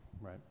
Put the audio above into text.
right